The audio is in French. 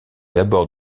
abords